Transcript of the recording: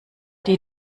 die